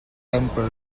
temper